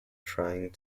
trying